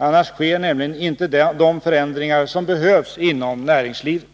Annars sker nämligen inte de förändringar som behövs inom näringslivet.